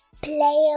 Play